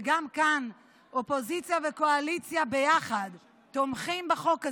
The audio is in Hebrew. וגם כאן אופוזיציה וקואליציה ביחד תומכים בחוק הזה.